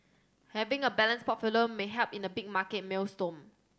having a balanced portfolio may help in a big market maelstrom